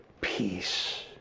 peace